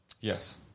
Yes